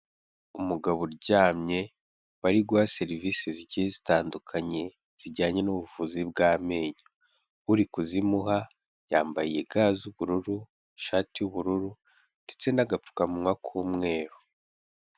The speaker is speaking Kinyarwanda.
Umugabo uryamye bari guha serivise zigiye zitandukanye zijyanye n'ubuvuzi bw'amenyo, uri kuzimuha yambaye ga z'ubururu, ishati y'ubururu ndetse n'agapfukamunwa k'umweru.